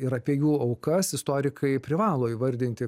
ir apie jų aukas istorikai privalo įvardinti